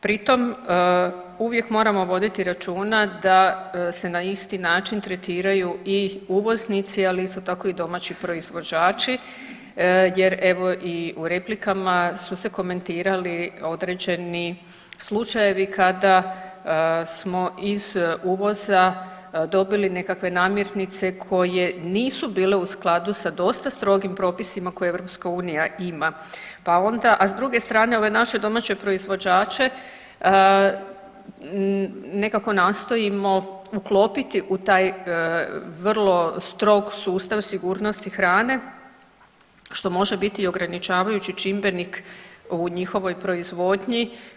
Pritom uvijek moramo voditi računa da se na isti način tretiraju i uvoznici, ali isto tako i domaći proizvođači jer evo i u replikama su se komentirali određeni slučajevi kada smo iz uvoza dobili nekakve namirnice koje nisu bile u skladu sa dosta strogim propisima koje EU ima, pa onda, a s druge strane ove naše domaće proizvođače nekako nastojimo uklopiti u taj vrlo strog sustav sigurnosti hrane što može biti i ograničavajući čimbenik u njihovoj proizvodnji.